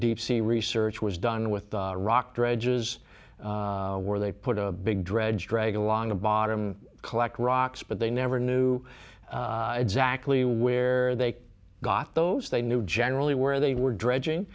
deep sea research was done with rock dredges where they put a big dredge drag along the bottom collect rocks but they never knew exactly where they got those they knew generally where they were dredging